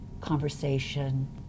conversation